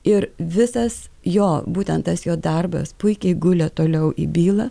ir visas jo būtent tas jo darbas puikiai gulė toliau į bylą